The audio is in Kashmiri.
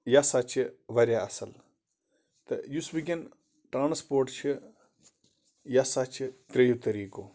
یہِ ہسا چھ واریاہ اَصٕل تہٕ یُس ؤنکیٚن ٹرانَسپورٹ چھ یہِ ہسا چھ تریٚیو طریٖقو